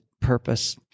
purpose